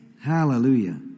Hallelujah